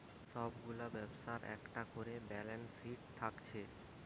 সব গুলা ব্যবসার একটা কোরে ব্যালান্স শিট থাকছে